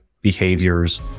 behaviors